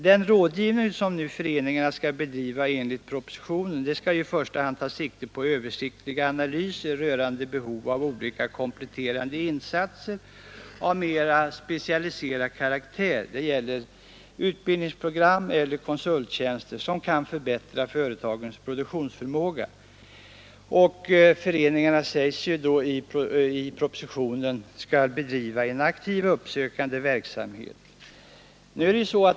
Den rådgivning som nu föreningarna skall bedriva enligt propositionen skall i första hand ta sikte på översiktliga analyser rörande behov av olika kompletterande insatser av mera specialiserad karaktär. Det gäller utbildningsprogram eller konsulttjänster som kan förbättra företagens produktionsförmåga. Föreningarna skall, sägs det i propositionen, bedriva en aktiv uppsökande verksamhet.